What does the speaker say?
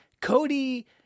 cody